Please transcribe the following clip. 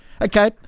Okay